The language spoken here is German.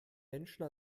menschen